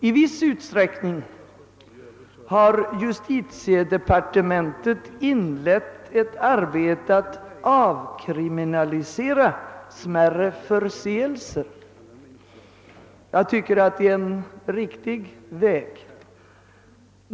I viss utsträckning har justitiedepartementet inlett ett arbete på att avkriminalisera smärre förseelser. Jag tycker att det är en riktig väg.